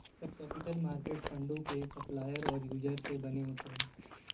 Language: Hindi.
कैपिटल मार्केट फंडों के सप्लायर और यूजर से बने होते हैं